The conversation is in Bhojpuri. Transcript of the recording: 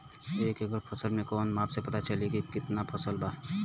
एक एकड़ फसल के कवन माप से पता चली की कितना फल बा?